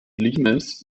limes